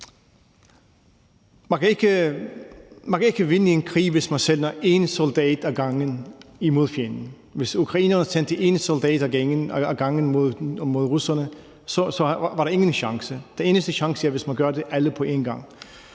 Man kan ikke vinde en krig, hvis man sender én soldat ad gangen imod fjenden. Hvis ukrainerne sendte én soldat ad gangen mod russerne, så havde de ingen chance. Man har kun en chance, hvis alle gør det på én gang.